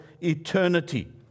eternity